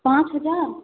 पाँच हज़ार